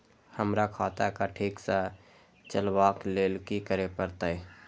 हमरा खाता क ठीक स चलबाक लेल की करे परतै